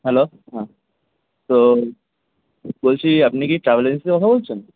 hello হ্যাঁ তো বলছি আপনি কি ট্রাভেল এজেন্সি কথা বলছেন